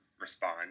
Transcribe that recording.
respond